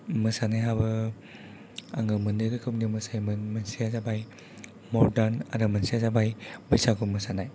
मोसानायाबो आङो मोननै रोखोमनि मोसायोमोन मोनसेया जाबाय मर्डान आरो मोनसेया जाबाय बैसागु मोसानाय